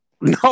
No